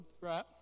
right